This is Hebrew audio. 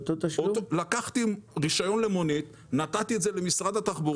לקחתי רישיון למונית ונתתי אותו למשרד התחבורה